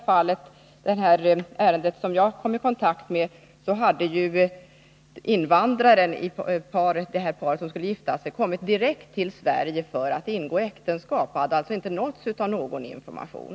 I det ärende som jag kom i kontakt med hade invandraren i det par som skulle gifta sig kommit direkt till Sverige för att ingå äktenskap och alltså inte nåtts av någon sådan information.